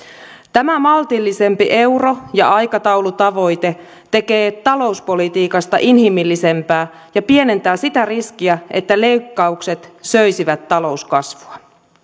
tämä maltillisempi euro ja aikataulutavoite tekee talouspolitiikasta inhimillisempää ja pienentää sitä riskiä että leikkaukset söisivät talouskasvua